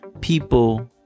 people